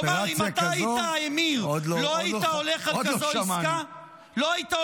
תאמר, אם היית אמיר, לא היית הולך על עסקה כזאת?